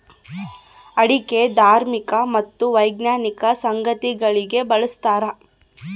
ಅಡಿಕೆ ಧಾರ್ಮಿಕ ಮತ್ತು ವೈಜ್ಞಾನಿಕ ಸಂಗತಿಗಳಿಗೆ ಬಳಸ್ತಾರ